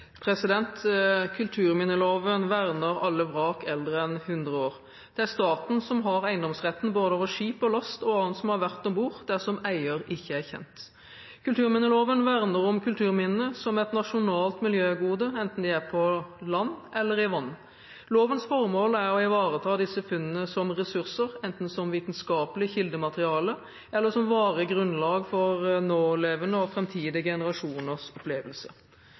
Kulturminneloven verner alle vrak som er eldre enn 100 år. Det er staten som har eiendomsretten over skip og last og annet som har vært om bord, dersom eier ikke er kjent. Kulturminneloven verner om kulturminnene som et nasjonalt miljøgode, enten de er på land eller i vann. Lovens formål er å ivareta disse funnene som ressurser, enten som vitenskapelig kildemateriale, eller som varig grunnlag for nålevende og framtidige generasjoners opplevelse.